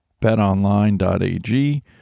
BetOnline.ag